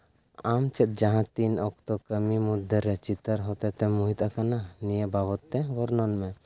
ᱟᱢ ᱪᱮᱫ ᱡᱟᱦᱟᱸᱛᱤᱱ ᱚᱠᱛᱚ ᱠᱟᱹᱢᱤ ᱢᱚᱫᱽᱫᱷᱮ ᱨᱮ ᱪᱤᱛᱟᱹᱨ ᱦᱚᱛᱮ ᱛᱮᱢ ᱢᱩᱦᱤᱛᱟᱠᱟᱱᱟ ᱱᱤᱭᱟᱹ ᱵᱟᱵᱚᱫ ᱛᱮ ᱵᱚᱨᱱᱚᱱ ᱢᱮ